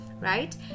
right